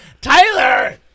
Tyler